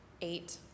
eight